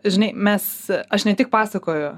žinai mes aš ne tik pasakoju